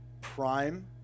prime